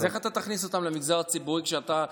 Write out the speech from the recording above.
אז איך אתה תכניס אותם למגזר הציבורי כשאתה,